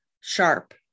sharp